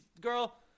girl